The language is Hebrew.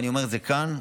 אמרתי את זה כאן,